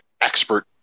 expert